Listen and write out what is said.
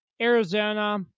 Arizona